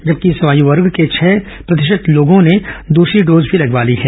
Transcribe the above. जबकि इस आयू वर्ग के छह प्रतिशत लोगों ने दूसरी डोज भी लगवा ली है